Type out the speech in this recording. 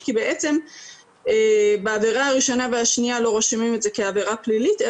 כי בעבירה הראשונה והשנייה לא רושמים את זה כעבירה פלילית,